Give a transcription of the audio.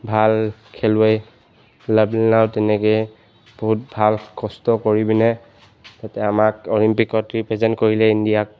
ভাল খেলুৱৈ লাভলীনাও তেনেকৈয়ে বহুত ভাল কষ্ট কৰি পিনে তাতে আমাক অলিম্পিকত ৰিপ্ৰেজেণ্ট কৰিলে ইণ্ডিয়াক